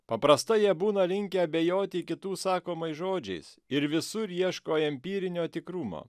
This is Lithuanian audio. paprastai jie būna linkę abejoti kitų sakomais žodžiais ir visur ieško empirinio tikrumo